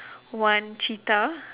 one cheetah